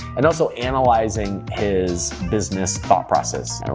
and also analyzing his business thought process.